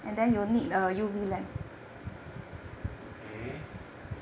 okay